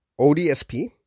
ODSP